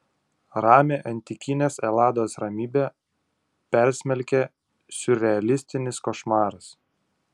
ramią antikinės elados ramybę persmelkia siurrealistinis košmaras